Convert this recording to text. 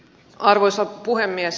arvoisa puhemies